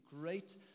great